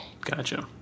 gotcha